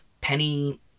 Penny